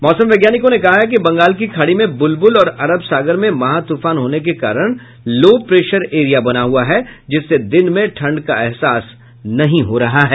मौसम वैज्ञानिकों ने कहा कि बंगाल की खाड़ी में बुलबुल और अरब सागर में महातूफान होने के कारण लो प्रेसर एरिया बना हुआ है जिससे दिन में ठंड का अहसास नहीं हो रहा है